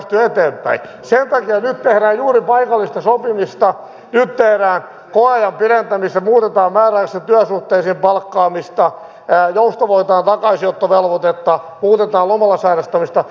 sen takia nyt tehdään juuri paikallista sopimista nyt tehdään koeajan pidentämistä muutetaan määräaikaisiin työsuhteisiin palkkaamista joustavoitetaan takaisinottovelvoitetta muutetaan lomalla sairastamista